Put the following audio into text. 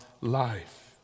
life